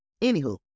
Anywho